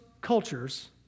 cultures